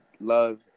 love